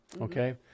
Okay